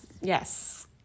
Yes